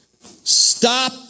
Stop